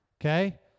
Okay